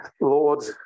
Lord